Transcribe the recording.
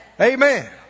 Amen